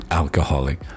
alcoholic